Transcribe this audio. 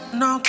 no